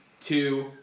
Two